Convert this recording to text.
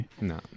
No